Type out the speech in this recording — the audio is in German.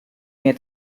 mir